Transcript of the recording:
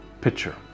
picture